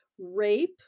rape